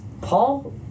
Paul